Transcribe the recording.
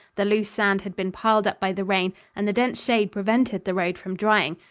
the loose sand had been piled up by the rain and the dense shade prevented the road from drying.